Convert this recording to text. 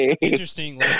interesting